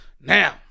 Now